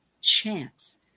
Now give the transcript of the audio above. chance